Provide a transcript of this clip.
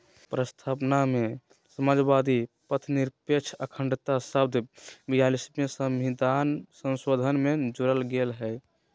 प्रस्तावना में समाजवादी, पथंनिरपेक्ष, अखण्डता शब्द ब्यालिसवें सविधान संशोधन से जोरल गेल हइ